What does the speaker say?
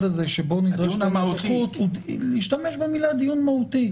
הזה שבו נדרשת נוכחות - נשתמש במילה דיון מהותי.